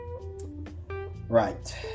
Right